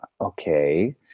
Okay